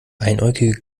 einäugige